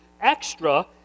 extra